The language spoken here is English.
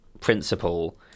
principle